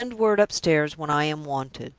send word upstairs when i am wanted.